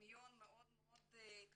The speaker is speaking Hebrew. דמיון מאוד משמעותי.